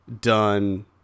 done